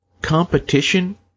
competition